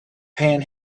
pan